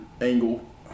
angle